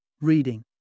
Reading